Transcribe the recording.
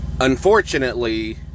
Unfortunately